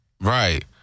Right